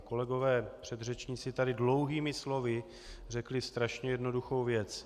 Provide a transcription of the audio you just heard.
Kolegové předřečníci tady dlouhými slovy řekli strašně jednoduchou věc.